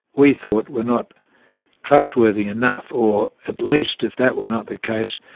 we thought were not trustworthy enough, or at least if that were not the case,